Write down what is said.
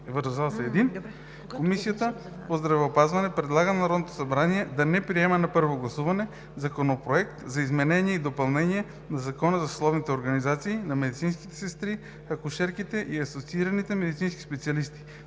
Комисията по здравеопазването предлага на Народното събрание да не приеме на първо гласуване Законопроект за изменение и допълнение на Закона за съсловните организации на медицинските сестри, акушерките и асоциираните медицински специалисти,